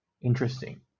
interesting